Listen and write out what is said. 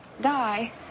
die